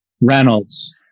Reynolds